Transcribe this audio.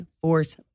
Force